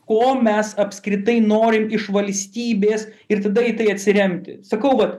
ko mes apskritai norim iš valstybės ir tada į tai atsiremti sakau vat